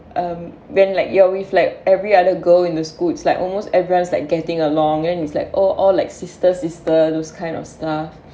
um when like you're with like every other girl in the school it's like almost everyone is like getting along and is like all all like sister sister those kind of stuff